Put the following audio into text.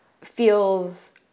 feels